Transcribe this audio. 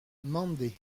mende